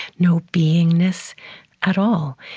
no being-ness at all.